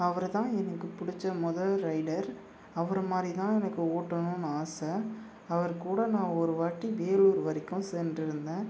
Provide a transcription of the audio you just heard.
அவர்தான் எனக்கு பிடிச்ச மொதல் ரைடர் அவரை மாதிரி தான் எனக்கு ஓட்டணும்னு ஆசை அவர் கூட நான் ஒரு வாட்டி வேலூர் வரைக்கும் சென்றிருந்தேன்